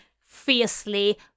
fiercely